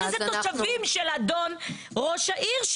אז התושבים של אדון ראש העיר,